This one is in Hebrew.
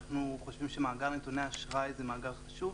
אנחנו חושבים שמאגר נתוני אשראי זה מאגר חשוב,